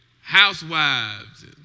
housewives